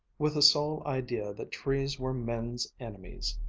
with the sole idea that trees were men's enemies.